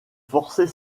forcer